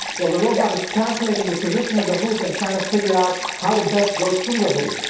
while the robot is calculating the position of the hoop, and trying to figure out how to best go through the hoop.